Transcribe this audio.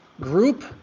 group